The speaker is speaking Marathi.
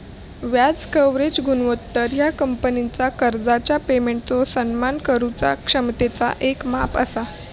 व्याज कव्हरेज गुणोत्तर ह्या कंपनीचा कर्जाच्या पेमेंटचो सन्मान करुचा क्षमतेचा येक माप असा